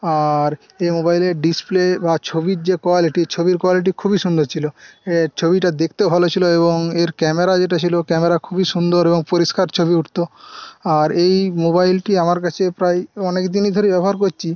আর এই মোবাইলের ডিসপ্লে বা ছবির যে কোয়ালিটি ছবির কোয়ালিটি খুবই সুন্দর ছিল এর ছবিটা দেখতেও ভালো ছিল এবং এর ক্যামেরা যেটা ছিল ক্যামেরা খুবই সুন্দর এবং পরিষ্কার ছবি উঠতো আর এই মোবাইলটি আমার কাছে প্রায় অনেকদিনই ধরে ব্যবহার করছি